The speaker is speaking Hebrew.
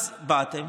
אז באתם